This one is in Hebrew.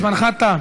זמנך תם.